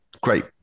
great